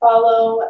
Follow